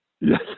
Yes